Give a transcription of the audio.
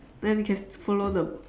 then we can follow the